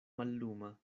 malluma